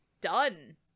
done